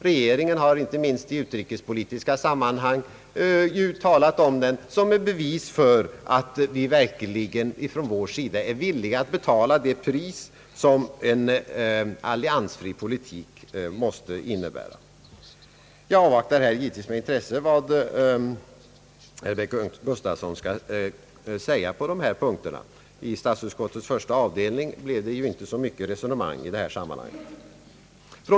Regeringen har inte minst i utrikespolitiska sammanhang talat om den som ett bevis för att vi verkligen från vår sida är villiga betala det pris som en alliansfri politik måste innebära. Jag avvaktar givetvis med intresse vad herr Bengt Gustavsson skall säga på dessa punkter. I statsutskottets första avdelning blev det ju inte så mycket resonemang i detta avseende.